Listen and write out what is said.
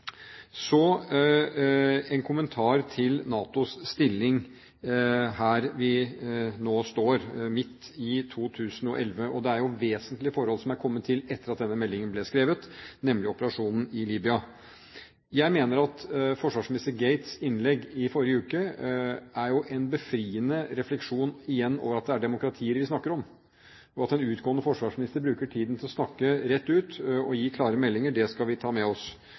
Så en kommentar til NATOs stilling her vi nå står, midt i 2011, og det er jo vesentlige forhold som har kommet til etter at denne meldingen ble skrevet, nemlig operasjonen i Libya. Jeg mener at forsvarsminister Gates’ innlegg i forrige uke var en befriende refleksjon – igjen – over at det er demokratier vi snakker om. At en utgående forsvarsminister bruker tiden til å snakke rett ut og gi klare meldinger, det skal vi ta med oss.